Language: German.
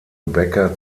becker